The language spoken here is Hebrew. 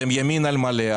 אתם ימין על מלא,